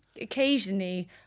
Occasionally